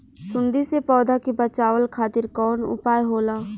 सुंडी से पौधा के बचावल खातिर कौन उपाय होला?